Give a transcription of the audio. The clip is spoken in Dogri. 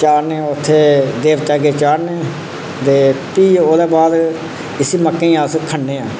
चाढ़ने उत्थै देवतें अग्गें चाढ़ने ते भी ओह्दे बाद इसी मक्कें ई अस खन्ने आं